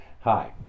Hi